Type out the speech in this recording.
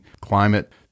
climate